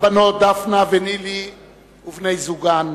הבנות דפנה ונילי ובני-זוגן,